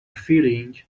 feeling